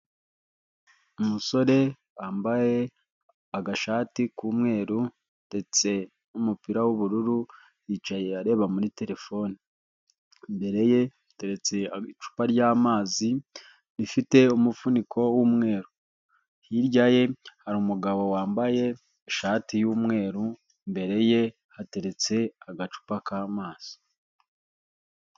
Umusore wambaye agashati k'umweru, ndetse n'umupira w'ubururu, yicaye areba muri terefone, imbere ye haretse icupa ry'amazi, rifite umufuniko w'umweru, hirya ye hari umugabo wambaye ishati y'umweru, imbere ye hateretse agacupa k'amazi.